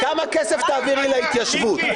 --- כמה כסף תעבירי להתיישבות?